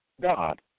God